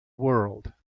world